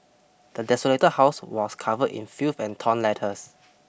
the desolated house was covered in filth and torn letters